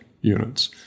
units